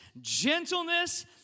gentleness